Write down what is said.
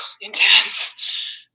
intense